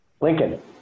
lincoln